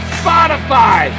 spotify